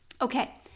Okay